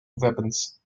weapons